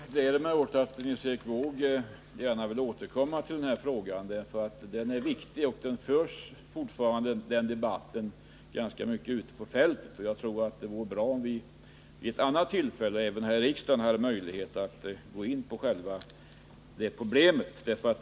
Fru talman! Jag gläder mig åt att Nils Erik Wååg gärna vill återkomma till vinsten, för den är viktig. Den här debatten förs fortfarande mycket ute på fältet, och jag tror att det vore bra om vi vid ett annat tillfälle här i riksdagen hade möjlighet att närmare gå in på själva problemet.